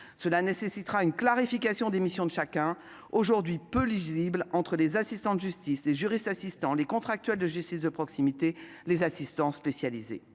Cela nécessitera une clarification des missions de chacun, aujourd'hui peu lisibles, entre les assistants de justice, les juristes assistants, les contractuels « justice de proximité » et les assistants spécialisés